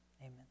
Amen